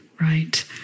right